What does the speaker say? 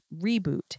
reboot